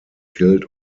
killed